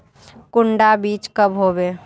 कुंडा बीज कब होबे?